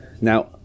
Now